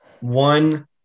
One